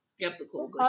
skeptical